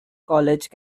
college